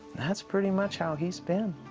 that's pretty much how he's been.